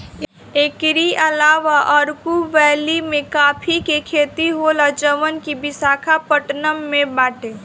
एकरी अलावा अरकू वैली में काफी के खेती होला जवन की विशाखापट्टनम में बाटे